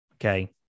Okay